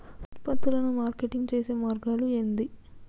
ఉత్పత్తులను మార్కెటింగ్ చేసే మార్గాలు ఏంది?